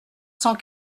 cent